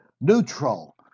neutral